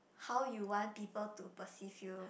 how you want people to perceive you